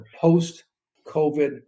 post-COVID